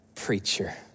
preacher